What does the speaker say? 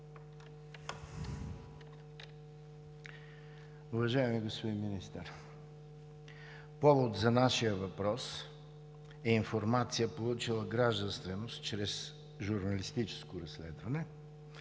Уважаеми господин Министър, повод за нашия въпрос е информация, получила гражданственост чрез журналистическо разследване,